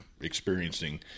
experiencing